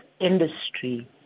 industry